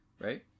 Right